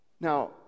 Now